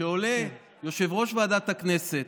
עולה יושב-ראש ועדת הכנסת,